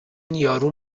یارو